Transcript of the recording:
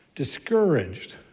discouraged